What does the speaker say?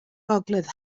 gogledd